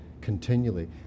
continually